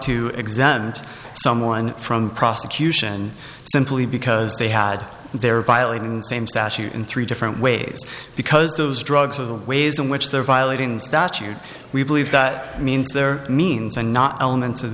examined someone from prosecution simply because they had they were violating same statute in three different ways because those drugs are the ways in which they're violating statute we believe that means their means and not elements of